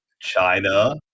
China